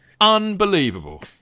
unbelievable